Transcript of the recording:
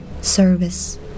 service